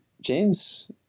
james